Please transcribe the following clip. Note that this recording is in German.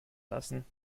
lassen